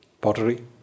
pottery